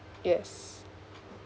yes